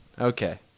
okay